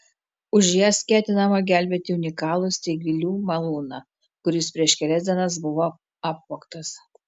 už jas ketinama gelbėti unikalų steigvilių malūną kuris prieš kelias dienas buvo apvogtas